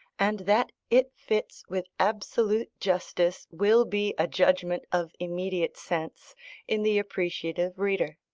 and that it fits with absolute justice will be a judgment of immediate sense in the appreciative reader.